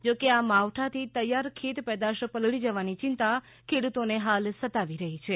જો કે આ માવઠાતી તૈયાર ખેત પેદાશ પલળી જવાની ચિંતા ખેડૂતોને સતાવી રહી છે